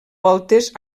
voltes